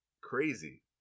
crazy